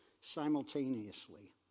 simultaneously